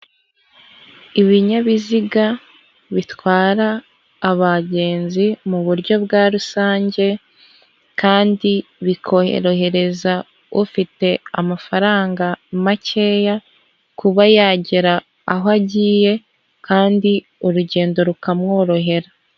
Ibinyabiziga bitwara abagenzi mu buryo bwa rusange kandi bikorohereza ufite amafaranga makeya kuba yagera aho agiye kandi urugendo rukamworohera.